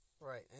Right